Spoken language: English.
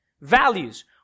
Values